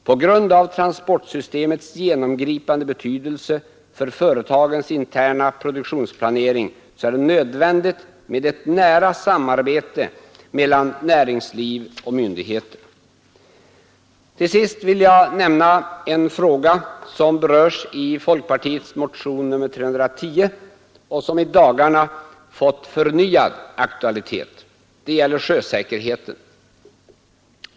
På grund av transportsystemets genomgripande betydelse för förtagens interna produktionsplanering är det nödvändigt med ett nära samarbete mellan näringsliv och myndigheter. Till sist vill jag nämna en fråga som berörs i folkpartiets motion nr 310 och som i dagarna fått förnyad aktualitet. Det gäller sjösäkerheten.